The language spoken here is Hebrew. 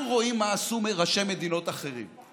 אנחנו רואים מה עשו ראשי מדינות אחרים,